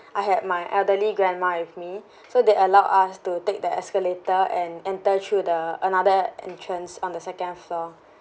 I had my elderly grandma with me so they allowed us to take the escalator and enter through the another entrance on the second floor